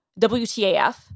WTAF